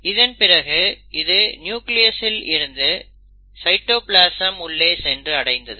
இதன் பிறகு இது நியூக்ளியஸ்ஸில் இருந்து சைட்டோபிளாசம் உள்ளே சென்று அடைந்தது